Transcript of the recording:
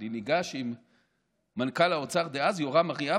אני ניגש עם מנכ"ל האוצר דאז יורם אריאב,